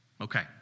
Okay